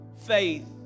faith